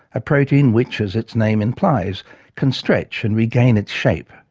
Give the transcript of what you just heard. a protein which as its name implies can stretch and regain its shape.